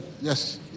yes